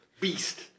beast